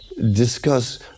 discuss